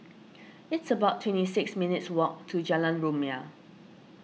it's about twenty six minutes' walk to Jalan Rumia